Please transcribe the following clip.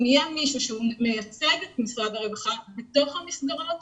אם יהיה מישהו שהוא מייצג את משרד הרווחה בתוך המסגרות,